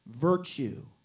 virtue